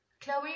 Chloe